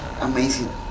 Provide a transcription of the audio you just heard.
amazing